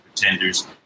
pretenders